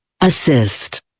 assist